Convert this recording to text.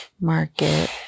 market